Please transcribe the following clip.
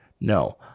No